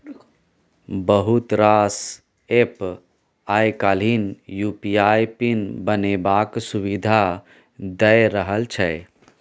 बहुत रास एप्प आइ काल्हि यु.पी.आइ पिन बनेबाक सुविधा दए रहल छै